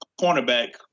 cornerback